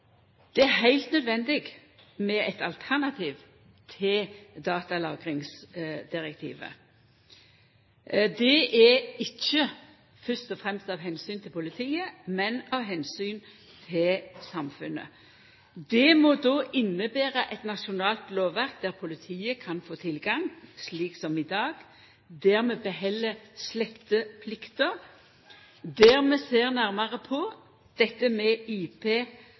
Det er heilt nødvendig med eit alternativ til datalagringsdirektivet. Det er ikkje fyrst og fremst av omsyn til politiet, men av omsyn til samfunnet. Det må då innebera eit nasjonalt lovverk der politiet kan få tilgang, slik som i dag, der vi beheld sletteplikta, der vi ser nærmare på dette med